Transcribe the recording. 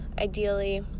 ideally